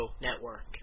network